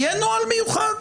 יהיה נוהל מיוחד.